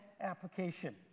application